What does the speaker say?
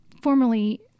formerly